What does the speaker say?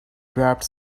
grabbed